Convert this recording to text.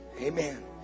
Amen